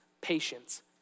patience